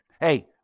Hey